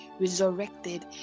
resurrected